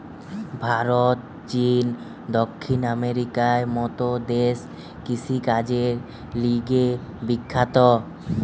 ভারত, চীন, দক্ষিণ আমেরিকার মত দেশ কৃষিকাজের লিগে বিখ্যাত